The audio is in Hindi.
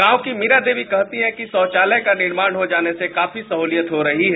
गांव की मीरा देवी कहती हैं कि शौचालय का निर्माण हो जाने से काफी सहूलियत हो रही है